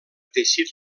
teixit